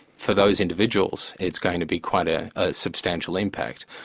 for those individuals it's going to be quite a substantial impact.